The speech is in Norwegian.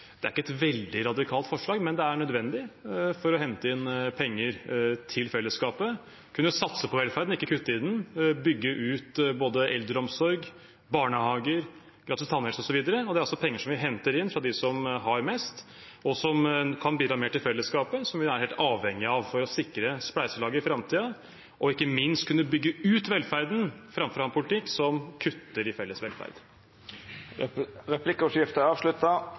Det er ikke et veldig radikalt forslag, men det er nødvendig for å hente inn penger til fellesskapet, kunne satse på velferden og ikke kutte i den, bygge ut både eldreomsorg, barnehager, gratis tannhelse osv. Og det er altså penger vi henter inn fra dem som har mest, og som kan bidra mer til fellesskapet, noe vi er helt avhengig av for å sikre spleiselaget i framtiden og ikke minst kunne bygge ut velferden framfor å ha en politikk som kutter i felles velferd. Dermed er replikkordskiftet avslutta.